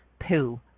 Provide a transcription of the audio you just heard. poo